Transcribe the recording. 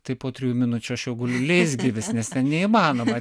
tai po trijų minučių aš jau guliu leisgyvis nes neįmanoma